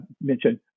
mentioned